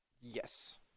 Yes